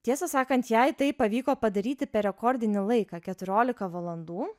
tiesą sakant jai tai pavyko padaryti per rekordinį laiką keturiolika valandų